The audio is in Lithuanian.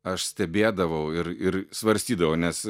aš stebėdavau ir ir svarstydavau nes